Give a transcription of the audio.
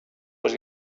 was